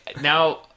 now